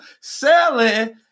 Selling